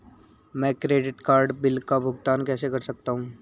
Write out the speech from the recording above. मैं credit card bill का भुगतान कैसे कर सकता हूं?